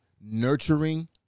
nurturing